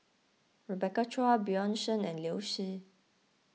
Rebecca Chua Bjorn Shen and Liu Si